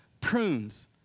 prunes